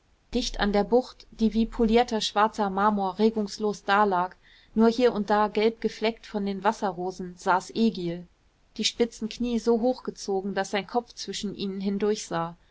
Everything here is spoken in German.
dicht an der bucht die wie polierter schwarzer marmor regungslos da lag nur hier und da gelb gefleckt von den wasserrosen saß egil die spitzen knie so hoch gezogen daß sein kopf zwischen ihnen hindurch sah